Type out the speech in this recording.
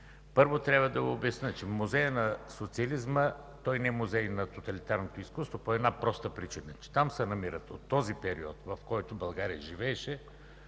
Първо трябва да обясня, че Музеят на социализма не е музей на тоталитарното изкуство по една проста причина – че там се намират, от този период, в който България живееше,